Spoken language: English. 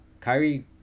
Kyrie